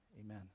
Amen